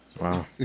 Wow